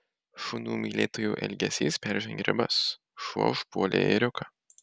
šunų mylėtojų elgesys peržengė ribas šuo užpuolė ėriuką